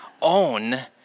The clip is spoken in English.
own